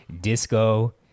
Disco